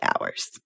hours